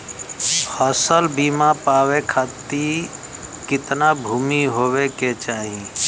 फ़सल बीमा पावे खाती कितना भूमि होवे के चाही?